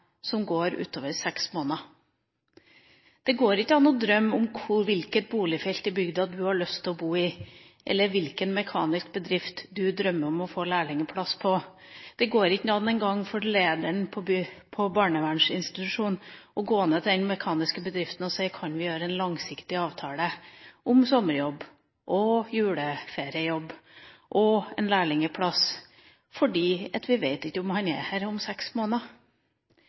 som går utover seks måneder. Det går ikke an å drømme om hvilket boligfelt i bygda du har lyst til å bo i, eller hvilken mekanisk bedrift du drømmer om å få lærlingplass på. Det går ikke engang an for lederen for barnevernsinstitusjonen å gå ned til den mekaniske bedriften og spørre om en kan gjøre en langsiktig avtale om sommerjobb, juleferiejobb og lærlingplass – fordi en ikke vet om vedkommende er her om seks måneder.